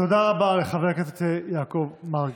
תודה רבה לחבר הכנסת יעקב מרגי.